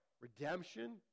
redemption